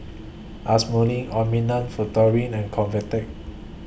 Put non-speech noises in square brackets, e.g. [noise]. [unintelligible] Futuro and Convatec